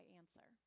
answer